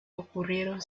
ocurrieron